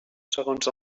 segons